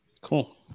Cool